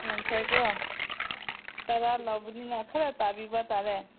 ꯌꯥꯡꯈꯩ ꯀꯣ ꯇꯔꯥ ꯂꯧꯕꯅꯤꯅ ꯈꯔ ꯇꯥꯕꯤꯕ ꯇꯥꯔꯦ